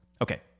Okay